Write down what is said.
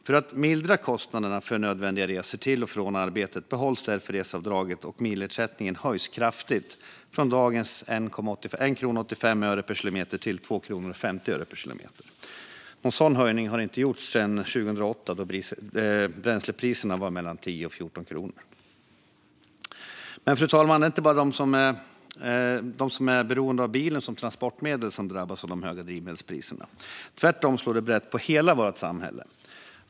För att mildra kostnaderna för nödvändiga resor till och från arbetet behålls därför reseavdraget, och milersättningen höjs kraftigt från dagens 1,85 kronor per kilometer till 2,50 kronor per kilometer. Någon sådan höjning har inte gjorts sedan 2008, då bränslepriserna låg mellan 10 och 14 kronor. Men, fru talman, det är inte bara de som är beroende av bilen som transportmedel som drabbas av de höga drivmedelspriserna. Tvärtom slår de brett mot hela vårt samhälle.